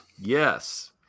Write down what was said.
Yes